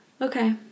Okay